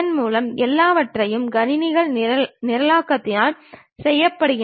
மேற்கூறியவாறு அதனுடைய மாதிரி மேற்புறத் தோற்றத்தை நாம் பெறலாம்